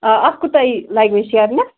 آ اَتھ کوٗتاہ یی لَگہِ وۅنۍ شیرنَس